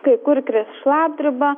kai kur kris šlapdriba